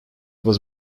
was